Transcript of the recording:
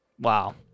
Wow